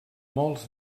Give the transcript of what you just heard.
molts